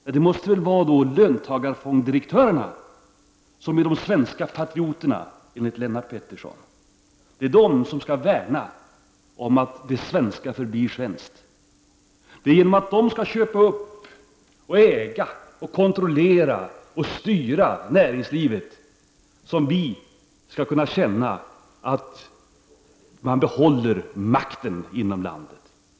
Ja, det måste vara löntagarfondsdirektörerna som är de svenska patrioterna enligt Lennart Pettersson. Det är de som skall värna om att det svenska förblir svenskt. Det är genom att dessa köper upp, äger, kontrollerar och styr näringslivet som vi skall kunna känna att makten behålls inom landet.